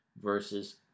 versus